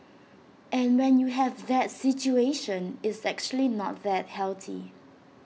and when you have that situation it's actually not that healthy